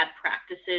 practices